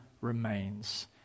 remains